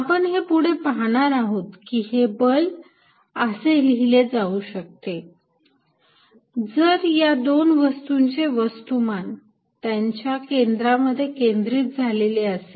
आपण हे पुढे पाहणार आहोत की हे बल असे लिहिले जाऊ शकते जर या दोन वस्तूंचे वस्तूमान त्यांच्या केंद्रामध्ये केंद्रित झालेले असेल